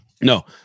No